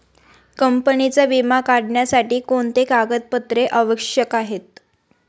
कंपनीचा विमा काढण्यासाठी कोणते कागदपत्रे आवश्यक आहे?